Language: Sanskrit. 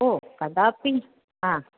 हो कदापि हा